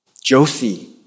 Josie